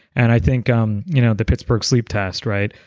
and i think um you know the pittsburgh sleep test, right?